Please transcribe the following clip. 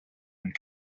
and